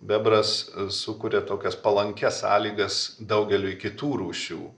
bebras sukuria tokias palankias sąlygas daugeliui kitų rūšių